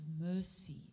mercy